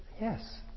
yes